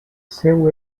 seu